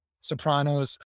Soprano's